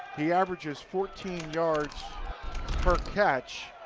the average is fourteen yards per catch.